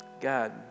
God